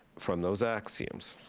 from those axioms.